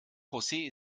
josé